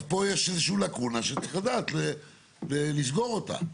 אז פה יש איזושהי לקונה שצריך לדעת ולסגור אותה.